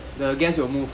oh my god